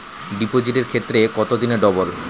ডিপোজিটের ক্ষেত্রে কত দিনে ডবল?